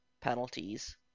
penalties